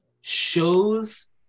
shows